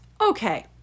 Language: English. Okay